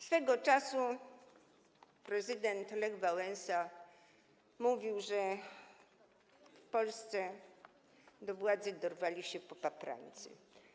Swego czasu prezydent Lech Wałęsa mówił, że w Polsce do władzy dorwali się popaprańcy.